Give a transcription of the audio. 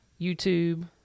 YouTube